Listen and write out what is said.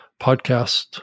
podcast